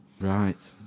Right